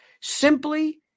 simply